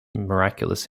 miraculous